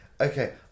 Okay